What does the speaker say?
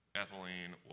ethylene